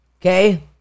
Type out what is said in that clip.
Okay